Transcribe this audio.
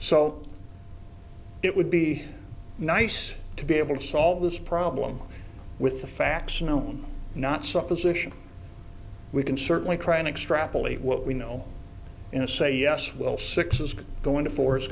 so it would be nice to be able to solve this problem with the facts known not supposition we can certainly trying to extrapolate what we know in a say yes well six is going to fo